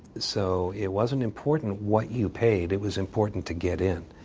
so it wasn't important what you paid. it was important to get in,